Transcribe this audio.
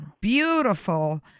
beautiful